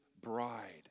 bride